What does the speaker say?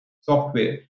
software